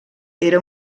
era